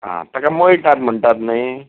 आं ताका मयटात म्हणटात न्हय ओके